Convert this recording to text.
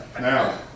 Now